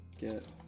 get